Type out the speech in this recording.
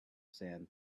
sand